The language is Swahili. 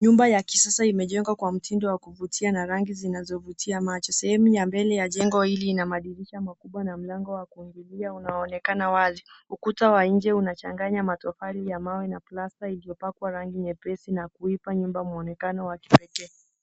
Numba ya kisasa imejengwa kwa mtindo wa kuvutia na ragi zilizovutia macho. Sehemu ya mbele ya jengo hii ina madirisha makubwa na mlango wa kuingilia unaonekana wazi. Ukuta wa nje unachanganya matofali ya mawe na plasta ilyopakwa rangi nyepesi na kuipa nyumba muonekano wa kipekee.